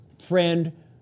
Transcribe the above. friend